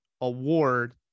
award